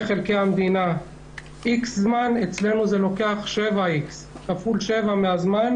חלקי המדינה X זמן אצלנו לוקח כפול שבע מהזמן,